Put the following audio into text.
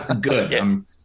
Good